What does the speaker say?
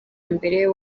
mbere